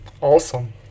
Awesome